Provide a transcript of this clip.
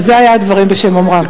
אז זה היה דברים בשם אומרם.